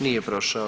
Nije prošao.